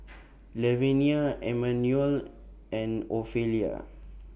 Lavenia Emanuel and Ofelia